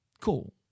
Cool